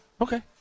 Okay